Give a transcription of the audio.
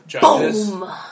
boom